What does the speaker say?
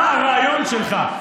מה הרעיון שלך?